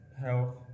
health